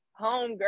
homegirl